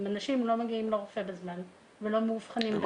כי אנשים לא מגיעים לרופא בזמן ולא מאובחנים.